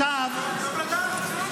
אוקיי, טוב לדעת.